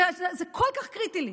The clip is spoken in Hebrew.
זה כל כך קריטי לי.